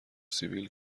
سیبیل